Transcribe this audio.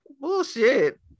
Bullshit